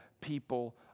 people